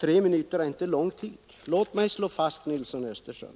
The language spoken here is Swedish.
Låt mig på den korta tid som står till buds slå fast att